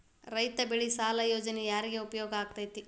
ರೈತ ಬೆಳೆ ಸಾಲ ಯೋಜನೆ ಯಾರಿಗೆ ಉಪಯೋಗ ಆಕ್ಕೆತಿ?